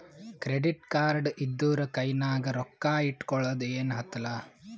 credit card ಇದ್ದೂರ ಕೈನಾಗ್ ರೊಕ್ಕಾ ಇಟ್ಗೊಳದ ಏನ್ ಹತ್ತಲಾ